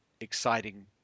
exciting